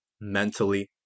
mentally